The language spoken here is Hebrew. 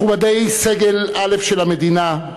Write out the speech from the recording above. מכובדי סגל א' של המדינה,